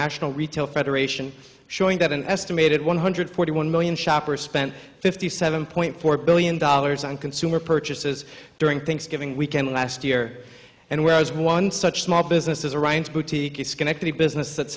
national retail federation showing that an estimated one hundred forty one million shoppers spent fifty seven point four billion dollars on consumer purchases during thanksgiving weekend last year and where is one such small business as a ryan's boutique in schenectady business that